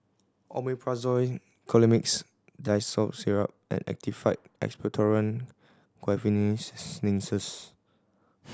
Omeprazole Colimix Dicyclomine Syrup and Actified Expectorant Guaiphenesin Linctus